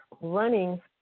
running